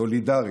סולידרית,